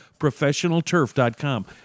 ProfessionalTurf.com